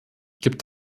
gibt